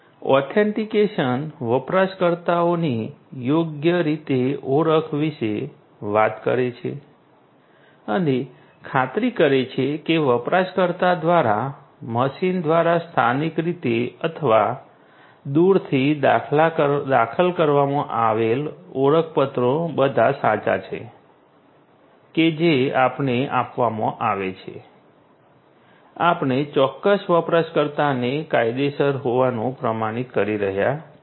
authentication વપરાશકર્તાઓની યોગ્ય રીતે ઓળખ વિશે વાત કરે છે અને ખાતરી કરે છે કે વપરાશકર્તા દ્વારા મશીન દ્વારા સ્થાનિક રીતે અથવા દૂરથી દાખલ કરવામાં આવેલ ઓળખપત્રો બધા સાચા છે કે જે આપણે આપવામાં આવે છે આપણે ચોક્કસ વપરાશકર્તાને કાયદેસર હોવાનું પ્રમાણિત કરી રહ્યા છીએ